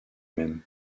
même